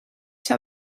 zou